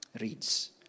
Reads